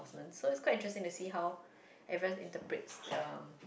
so the answer is quite interesting they see how Evan interprets the